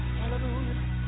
hallelujah